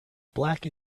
black